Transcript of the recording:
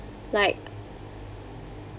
like